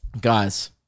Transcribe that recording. Guys